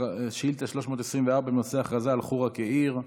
שאילתה מס' 324, בנושא: הכרזה על חורה כעיר.